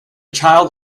child